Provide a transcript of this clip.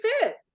fit